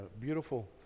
beautiful